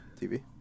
TV